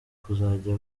kuzajya